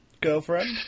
girlfriend